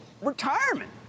retirement